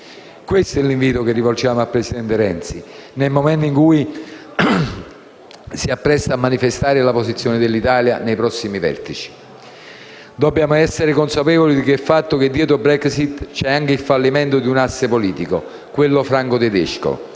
Questo è l'invito che rivolgiamo al presidente Renzi, nel momento in cui si appresta a manifestare la posizione dell'Italia, nei prossimi vertici. Dobbiamo essere consapevoli del fatto che dietro Brexit c'è anche il fallimento dì un asse politico - quello franco-tedesco